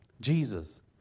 Jesus